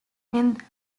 and